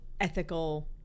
ethical